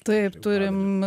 taip turim